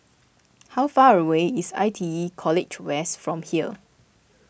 how far away is I T E College West from here